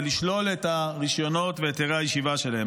ולשלול את הרישיונות והיתרי הישיבה שלהם.